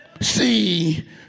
See